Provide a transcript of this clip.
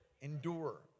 Endure